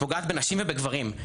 היא פוגעת בנשים ובגברים,